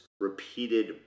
repeated